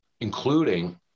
including